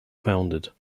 founded